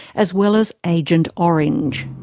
as well as agent orange.